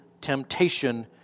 temptation